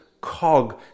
cog